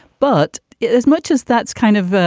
but as much as that's kind of,